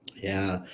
yeah,